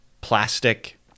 plastic